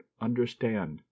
understand